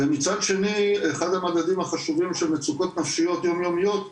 ומצד שני אחד המדדים החשובים של מצוקות נפשיות יומיומיות,